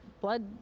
blood